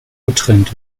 getrennt